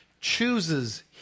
chooses